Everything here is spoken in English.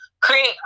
create